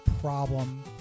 problem